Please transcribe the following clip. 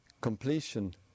completion